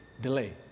delay